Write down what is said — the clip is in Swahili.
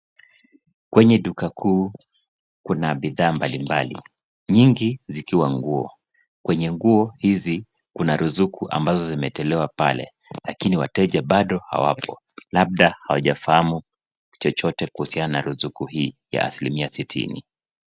Kwenye duka kuu, kuna bidhaa mbalimbali, nyingi zikiwa nguo. Kwenye nguo hizi, kuna ruzuku ambazo zimetolewa pale, lakini wateja bado hawapo. Labda hawajafahamu chochote kuhusiana na ruzuku hii ya asilimia sitini.